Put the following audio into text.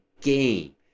game